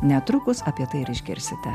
netrukus apie tai išgirsite